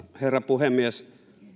herra puhemies